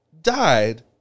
Died